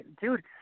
dude